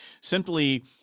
simply